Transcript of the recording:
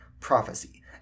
prophecy